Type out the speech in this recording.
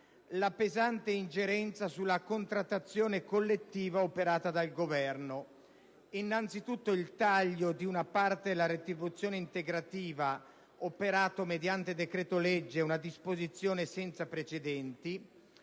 la pesante ingerenza sulla contrattazione collettiva operata dal Governo. Innanzitutto, il taglio di una parte della retribuzione integrativa, operato mediante decreto-legge, è una disposizione senza precedenti.